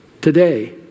today